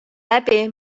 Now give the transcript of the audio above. läbi